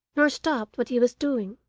nor stopped what he was doing.